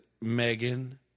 Megan